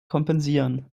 kompensieren